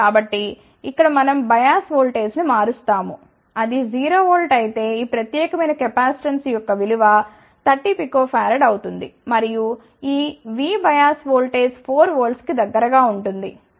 కాబట్టి ఇక్కడ మనం బయాస్ వోల్టేజ్ని మారుస్తాము అది 0 వోల్ట్ అయితే ఈ ప్రత్యేకమైన కెపాసిటెన్స్ యొక్క విలువ 30 pF అవుతుంది మరియు ఈ V బయాస్ ఓల్టేజ్ 4 వోల్ట్స్ కి దగ్గరగా ఉంటుంది